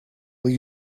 will